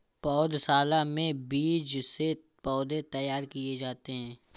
पौधशाला में बीज से पौधे तैयार किए जाते हैं